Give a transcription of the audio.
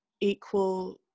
equal